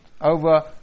over